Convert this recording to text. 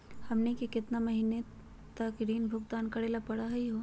हमनी के केतना महीनों तक ऋण भुगतान करेला परही हो?